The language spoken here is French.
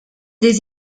des